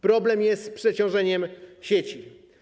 Problem jest z przeciążeniem sieci.